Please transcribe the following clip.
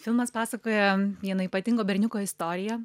filmas pasakoja vieno ypatingo berniuko istoriją